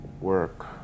work